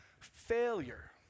failure